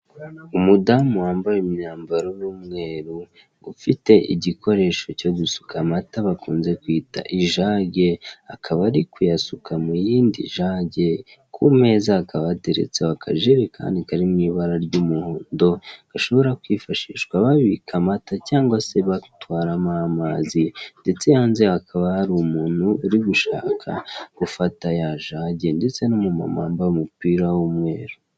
Umudamu wambaye imyambaro y'umweru, ufite igikoresho cyo gusuka amata bakunze kwita ijage, akaba ari kuyasuka mu yindi jage, ku meza hakaba hateretseho akajerekani kari mu ibara ry'umuhondo, gashobora kwifashishwa babika amata cyangwa se batwaramo amazi, ndetse hanze hakaba hari umuntu uri gushaka gufata ya jage, ndetse n'umumama wambaye umupira w'umweru.